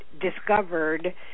discovered